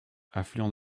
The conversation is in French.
affluent